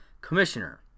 commissioner